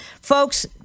folks